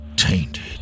Tainted